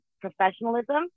professionalism